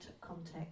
context